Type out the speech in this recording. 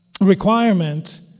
requirement